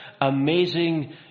amazing